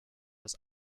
das